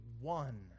one